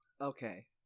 Okay